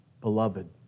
beloved